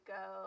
go